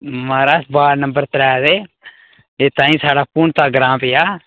महाराज ward number त्रै दे ते ताईं साढ़ा भूनता ग्रांऽ पेआ